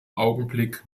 augenblick